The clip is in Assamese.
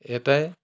এটাই